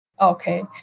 Okay